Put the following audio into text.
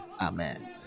amen